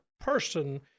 person